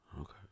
Okay